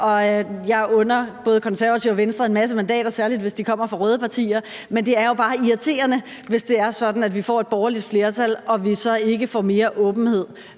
Jeg under både Konservative og Venstre en masse mandater, særlig hvis de kommer fra røde partier, men det er jo bare irriterende, hvis det er sådan, at vi får et borgerligt flertal, og at vi så ikke får mere åbenhed